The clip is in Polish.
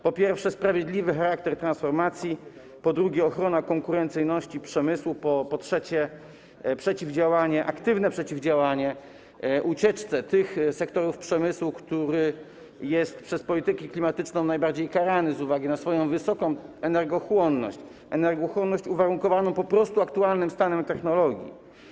Po pierwsze, sprawiedliwy charakter transformacji, po drugie, ochrona konkurencyjności przemysłu, po trzecie, przeciwdziałanie, aktywne przeciwdziałanie ucieczce tych sektorów przemysłu, które są przez politykę klimatyczną najbardziej karane z uwagi na swoją wysoką energochłonność, energochłonność uwarunkowaną po prostu aktualnym stanem technologii.